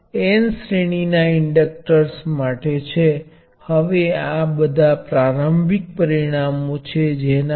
LN inductor છે અને તે બધામાં સમાન વોલ્ટેજ V છે